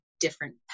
different